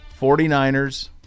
49ers